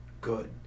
Good